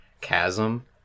chasm